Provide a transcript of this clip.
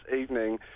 evening